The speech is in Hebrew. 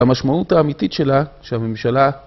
המשמעות האמיתית שלה שהממשלה